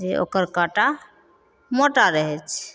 जे ओकर काँटा मोटा रहै छै